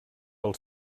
pel